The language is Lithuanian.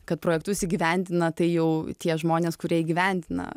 kad projektus įgyvendina tai jau tie žmonės kurie įgyvendina